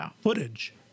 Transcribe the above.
footage